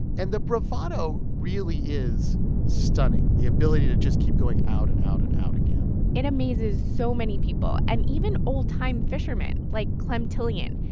and the bravado really is stunning, the ability to just keep going out and out and out again it amazes so many people and even old-time fishermen, like clem tillion.